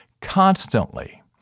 constantly